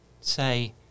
say